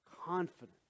confident